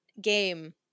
game